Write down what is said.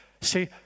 see